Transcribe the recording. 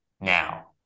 now